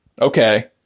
Okay